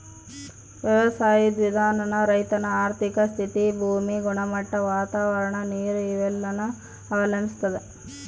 ವ್ಯವಸಾಯುದ್ ವಿಧಾನಾನ ರೈತನ ಆರ್ಥಿಕ ಸ್ಥಿತಿ, ಭೂಮಿ ಗುಣಮಟ್ಟ, ವಾತಾವರಣ, ನೀರು ಇವೆಲ್ಲನ ಅವಲಂಬಿಸ್ತತೆ